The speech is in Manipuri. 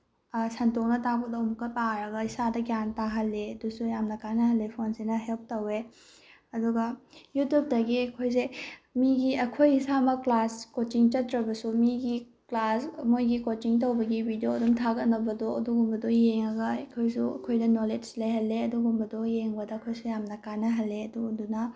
ꯁꯟꯇꯣꯛꯅ ꯇꯥꯛꯄꯗꯣ ꯑꯃꯨꯛꯀ ꯄꯥꯔꯒ ꯏꯁꯥꯗ ꯒ꯭ꯌꯥꯟ ꯇꯥꯍꯜꯂꯦ ꯑꯗꯨꯁꯨ ꯌꯥꯝꯅ ꯀꯥꯟꯅꯍꯜꯂꯦ ꯐꯣꯟꯁꯤꯅ ꯍꯦꯜꯞ ꯇꯧꯋꯦ ꯑꯗꯨꯒ ꯌꯨꯇꯨꯞꯇꯒꯤ ꯑꯩꯈꯣꯏꯁꯦ ꯃꯤꯒꯤ ꯑꯩꯈꯣꯏ ꯏꯁꯥꯃꯛ ꯀ꯭ꯂꯥꯁ ꯀꯣꯆꯤꯡ ꯆꯠꯇ꯭ꯔꯒꯁꯨ ꯃꯤꯒꯤ ꯀ꯭ꯂꯥꯁ ꯃꯣꯏꯒꯤ ꯀꯣꯆꯤꯡ ꯇꯧꯕꯒꯤ ꯚꯤꯗꯤꯑꯣ ꯑꯗꯨꯝ ꯊꯥꯒꯠꯅꯕꯗꯣ ꯑꯗꯨꯒꯨꯝꯕꯗꯣ ꯌꯦꯡꯉꯒ ꯑꯩꯈꯣꯏꯁꯨ ꯑꯩꯈꯣꯏꯗ ꯅꯣꯂꯦꯖ ꯂꯩꯍꯜꯂꯦ ꯑꯗꯨꯒꯨꯝꯕꯗꯣ ꯌꯦꯡꯕꯗꯣ ꯑꯩꯈꯣꯏꯁꯨ ꯌꯥꯝꯅ ꯀꯥꯟꯅꯍꯜꯂꯦ ꯑꯗꯨꯗꯨꯅ